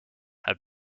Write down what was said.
have